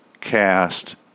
cast